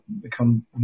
become